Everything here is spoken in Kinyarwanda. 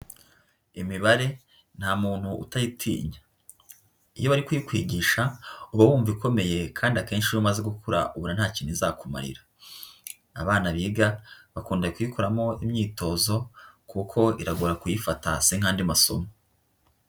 Imibare nta muntu utayitinya. Iyo bari kuyikwigisha uba wumva ikomeye kandi akenshi iyo umaze gukura ubona nta kintu izakumarira. Abana biga bakunda kuyikoramo imyitozo kuko iragora kuyifata si nk'andi masomo.